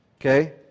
Okay